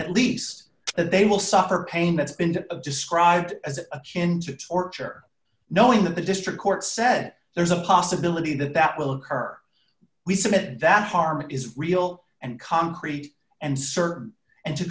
at least that they will suffer pain that's been described as a change of torture knowing that the district court said there's a possibility that that will occur we said that harm is real and concrete and certain and to